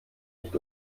nicht